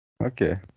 Okay